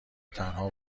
تنها